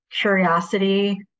curiosity